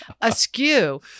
askew